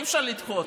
אי-אפשר לדחות.